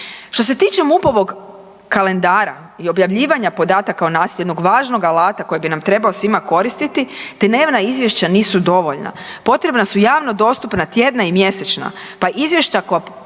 Što se tiče MUP-ovog kalendara i objavljivanja podataka o nasilju jednog važnog alata koji bi nam trebao svima koristiti, dnevna izvješća nisu dovoljna. Potrebna su javno dostupna tjedna i mjesečna, pa izvješća koja